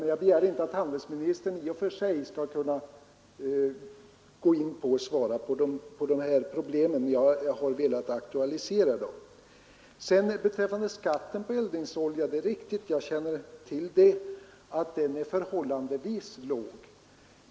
Men jag begär inte att handelsministern i och för sig skall kunna gå in på de här problemen. Jag har bara velat aktualisera dem. Det är riktigt att skatten på eldningsolja är förhållandevis låg; jag känner till det.